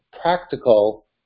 practical